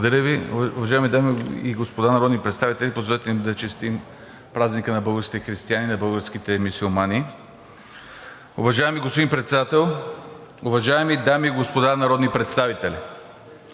Благодаря Ви. Уважаеми дами и господа народни представители, позволете ни да честитим празника на българските християни и на българските мюсюлмани! Уважаеми господин Председател, уважаеми дами и господа народни представители!